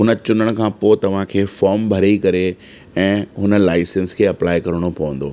हुन चुनण खां पोइ तव्हांखे फोम भरे करे ऐं हुन लाईसंस खे अप्लाए करिणो पवंदो